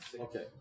Okay